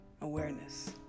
awareness